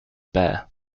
bear